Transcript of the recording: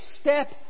step